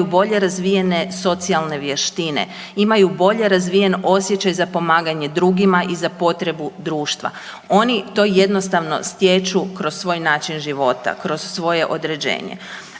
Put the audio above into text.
imaju bolje razvijene socijalne vještine, imaju bolje razvijen osjećaj za pomaganje drugima i za potrebu društva. Oni to jednostavno stječu kroz svoj način života, kroz svoje određenje.